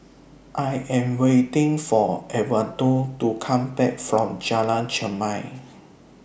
I Am waiting For Edwardo to Come Back from Jalan Chermai